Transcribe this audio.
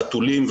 חתולים,